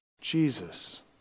Jesus